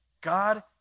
God